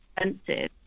expensive